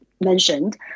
mentioned